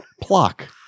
Pluck